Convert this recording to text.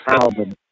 album